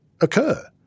occur